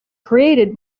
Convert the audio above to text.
created